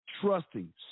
trusting